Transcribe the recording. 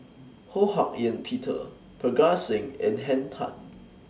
Ho Hak Ean Peter Parga Singh and Henn Tan